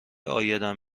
عایدم